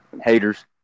haters